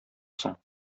соң